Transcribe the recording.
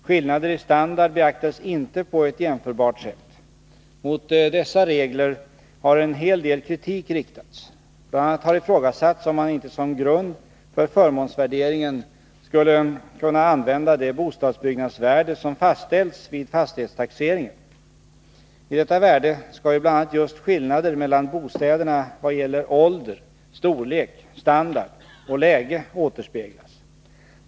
Skillnader i standard beaktades inte på ett jämförbart sätt. Mot dessa regler har en hel del kritik riktats. Bl. a. har ifrågasatts om man inte som grund för förmånsvärderingen skulle kunna använda det bostadsbyggnadsvärde som fastställts vid fastighetstaxeringen. I detta värde skall ju bl.a. just skillnader mellan bostäderna vad gäller ålder, storlek, standard och läge återspeglas.